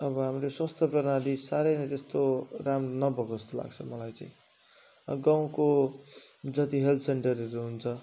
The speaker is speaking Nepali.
अब हाम्रो स्वास्थ्य प्रणाली साह्रै नै त्यस्तो राम्रो नभएको जस्तो लाग्छ मलाई चाहिँ अब गाउँको जति हेल्थ सेन्टरहरू हुन्छ